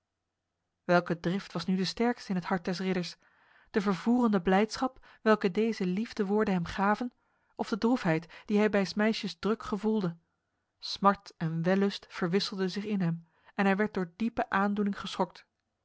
welke drift was nu de sterkste in het hart des ridders de vervoerende blijdschap welke deze liefdewoorden hem gaven of de droefheid die hij bij s meisjes druk gevoelde smart en wellust verwisselden zich in hem en hij werd door diepe aandoening geschokt